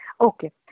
Okay